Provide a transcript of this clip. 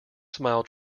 smiled